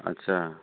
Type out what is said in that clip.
आदसा